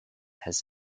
has